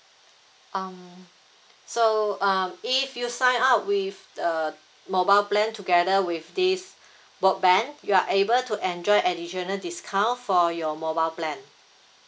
um so uh if you sign up with the mobile plan together with this broadband you are able to enjoy additional discount for your mobile plan